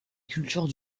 culture